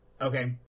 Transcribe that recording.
Okay